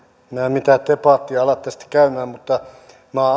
en mitään debattia ala tästä käymään mutta minä olen